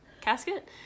casket